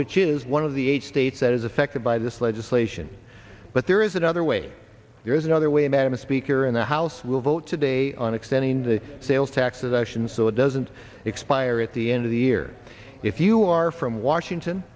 which is one of the eight states that is affected by this legislation but there is another way there is another way madam speaker and the house will vote today on extending the sales tax of action so it doesn't expire at the end of the year if you are from washington